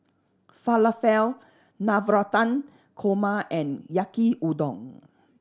Falafel Navratan Korma and Yaki Udon